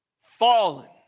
Fallen